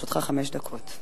לרשותך חמש דקות.